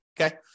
okay